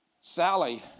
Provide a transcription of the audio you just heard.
Sally